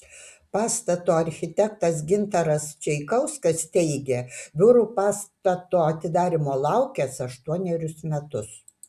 pastato architektas gintaras čeikauskas teigė biurų pastato atidarymo laukęs aštuonerius metus